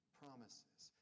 promises